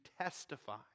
testify